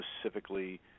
specifically